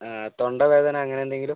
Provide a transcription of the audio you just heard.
ആ തൊണ്ടവേദന അങ്ങനെ എന്തെങ്കിലും